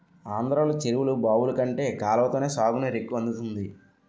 ఆంధ్రలో చెరువులు, బావులు కంటే కాలవతోనే సాగునీరు ఎక్కువ అందుతుంది